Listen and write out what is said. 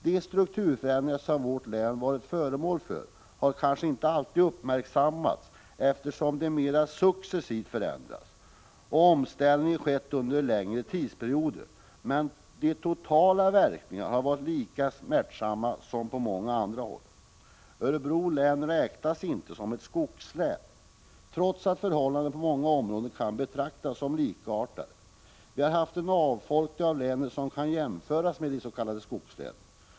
De strukturförändringar som vårt län varit föremål för har kanske inte alltid uppmärksammats, eftersom omställningen skett mera successivt under en längre tidsperiod, men de totala verkningarna har varit lika smärtsamma som på många andra håll. Örebro län räknas inte som ett skogslän, trots att förhållandena på många områden kan betraktas som likartade. Vi har haft en avfolkning i länet som kan jämföras med avfolkningen i de s.k. skogslänen.